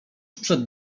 przed